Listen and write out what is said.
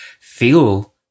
feel